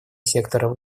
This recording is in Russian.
сектора